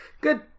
Good